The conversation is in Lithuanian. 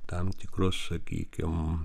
tam tikrus sakykim